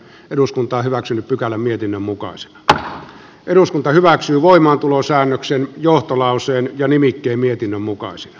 eduskunta hyväksynyt maria lohelan kannattamana ehdottanut että eduskunta hyväksyy voimaantulosäännöksen johto lauseen ja nimikkemietinnön mukaan se n